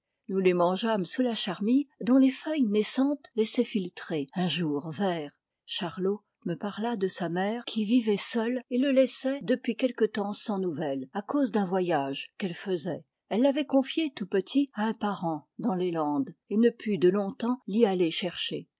nous les mangeâmes sous la charmille dont les feuilles naissantes laissaient filtrer un jour vert charlot me parla de sa mère qui vivait seule et le laissait depuis quelque temps sans nouvelle à cause d'un voyage qu'elle faisait elle l'avait confié tout petit à un parent dans les landes et ne put de longtemps l'y aller chercher